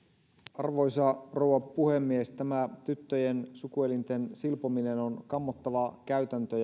arvoisa rouva puhemies tämä tyttöjen sukuelinten silpominen on kammottava käytäntö